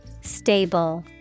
Stable